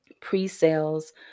Pre-sales